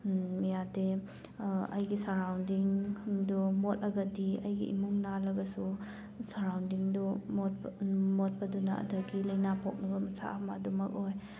ꯌꯥꯗꯦ ꯑꯩꯒꯤ ꯁꯔꯥꯎꯟꯗꯤꯡꯗꯨ ꯃꯣꯠꯂꯒꯗꯤ ꯑꯩꯒꯤ ꯏꯃꯨꯡ ꯅꯥꯜꯂꯒꯁꯨ ꯁꯔꯥꯎꯟꯗꯤꯡꯗꯨ ꯃꯣꯠꯄ ꯃꯣꯠꯄꯗꯨꯅ ꯑꯗꯨꯗꯒꯤ ꯂꯥꯏꯅꯥ ꯄꯣꯛꯅꯕ ꯃꯆꯥꯛ ꯑꯃ ꯑꯗꯨꯃꯛ ꯑꯣꯏ